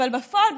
אבל בפועל,